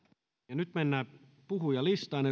nyt mennään puhujalistaan